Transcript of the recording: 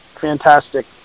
fantastic